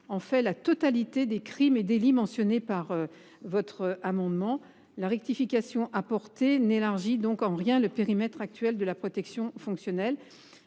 en fait la totalité des crimes et délits mentionnés dans l’amendement. La rectification apportée par l’amendement n’élargit donc en rien le périmètre actuel de la protection fonctionnelle.